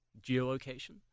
geolocation